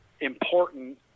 important